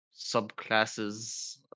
subclasses